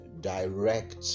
direct